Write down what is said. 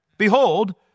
Behold